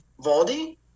valdi